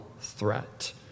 threat